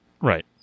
Right